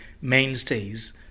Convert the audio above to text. mainstays